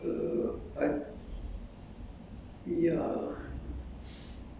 got lah I think there are lor at some places but uh I